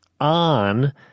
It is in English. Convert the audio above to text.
on